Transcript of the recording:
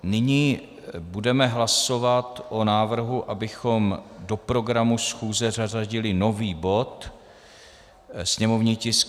Nyní budeme hlasovat o návrhu, abychom do programu schůze zařadili nový bod sněmovní tisk 653.